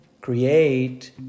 create